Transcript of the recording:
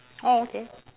oh okay